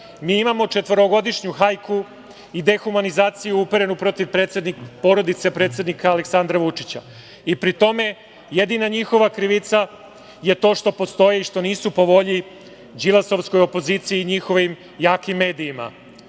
mi imamo četvorogodišnju hajku i dehumanizaciju uperenu protiv porodice predsednika Aleksandra Vučića i pri tome jedina njihova krivica je to što postoji i što nisu po volji Đilasovskoj opoziciji i njihovim jakim medijima. Dakle,